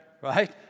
right